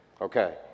Okay